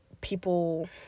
people